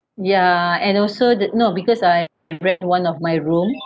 ya and also the no because I rent one of my room